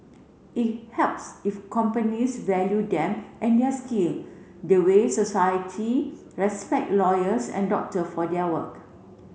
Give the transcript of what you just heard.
it helps if companies value them and their skill the way society respect lawyers and doctor for their work